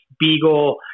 Beagle